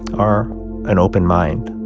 are an open mind,